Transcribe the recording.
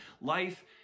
Life